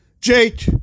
Jake